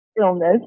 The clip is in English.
illness